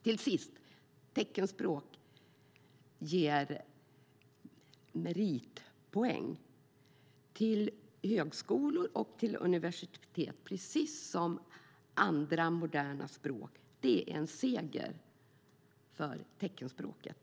Teckenspråk ger meritpoäng till högskolor och till universitet precis som andra moderna språk. Det är en seger för teckenspråket.